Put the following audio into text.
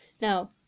Now